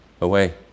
away